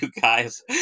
guys